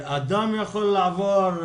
אדם יכול לעבור,